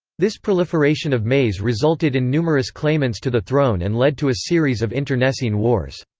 this proliferation of mais resulted in numerous claimants to the throne and led to a series of internecine wars.